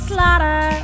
Slaughter